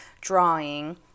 drawing